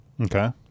Okay